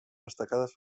destacades